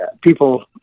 people